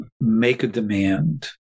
make-a-demand